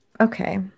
Okay